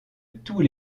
tous